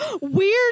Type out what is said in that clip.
weird